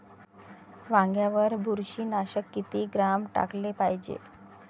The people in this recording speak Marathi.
वांग्यावर बुरशी नाशक किती ग्राम टाकाले पायजे?